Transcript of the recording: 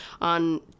on